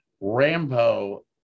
Rambo